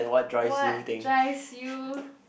what drives you